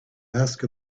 ask